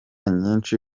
nyinshi